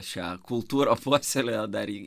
šią kultūrą puoselėjo dar ir